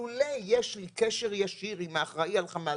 לולא יש לי קשר ישיר עם האחראי על חמ"ל